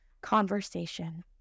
conversation